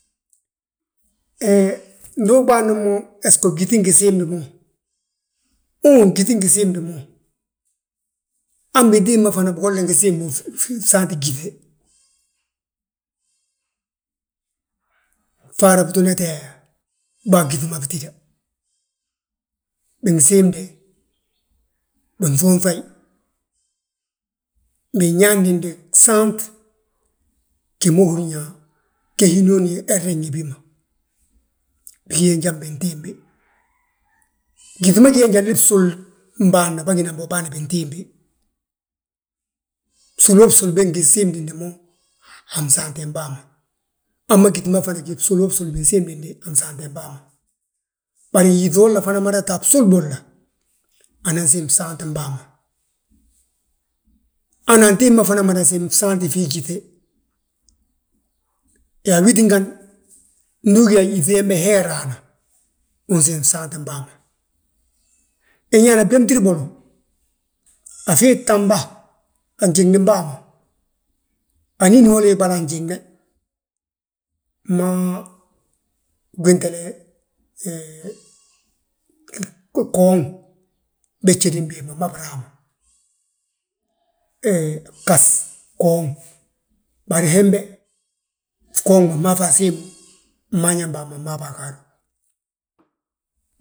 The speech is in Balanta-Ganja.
He ndu uɓaani mo esogo gyíŧi ngi siimdi mo, uuŋ gyíŧi ngi siimdi mo. Han bintimbi ma bigolla ngi siim mo saanti gyíŧe, fara bitoona to yaa, bàa gyíŧi ma bitída. Binsiimde, binŧuunŧayi, binyaadindi gsaant, gima húrin yaa ge hinooni he nriŋ ngi bi ma. Bigee njan bintimbi, gyíŧi ma gi ge njali bsulum bâan ma bâgína bómmu bâan bintimbi. Bsuloo bsul bég ndi siimdi mo a fnsaantem bàa ma, hamma gyíŧi ma fana gíw bsuloo bsul binsiimdinde a fnsaantem bàa ma. Bari yíŧi holla mada ta a bsul bolla, anan siim fsaantim bàa ma. Hana antimbi fana mada siimi fnsaanti fii gyíŧe, yaa wi tíngani, ndu ugí yaa yíŧi hembe he raana, unsiimi fnsaantim bàa ma. Nñaana bdémtir bolo, a fii tamba, a fnjiŋnim bàa ma, nín holi hi ɓali a fnjiŋne, mma gwentele he ggooŋ, bég jédi mbii ma mma biraama. Ghas, ggooŋ, bari hembe, fgooŋ ma fmaafi asiim, mmaañam bàa ma mmaabi agaadu.